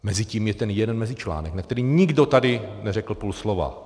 Mezitím je ten jeden mezičlánek, na který nikdo tady neřekl půl slova.